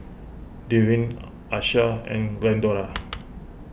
Devyn Achsah and Glendora